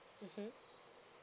mmhmm